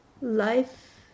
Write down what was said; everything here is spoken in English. life